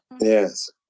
Yes